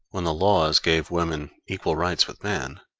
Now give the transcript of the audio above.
when the laws gave women equal rights with man,